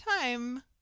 time